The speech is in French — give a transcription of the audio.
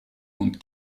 compte